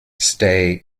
stay